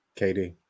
KD